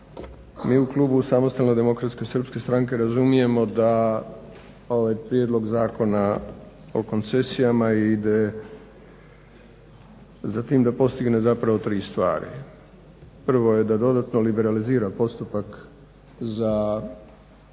Mi u klubu SDSS-a razumijemo da ovaj prijedlog Zakona o koncesijama ide za tim da postigne zapravo 3 stvari. Prvo je da dodatno liberalizira postupak za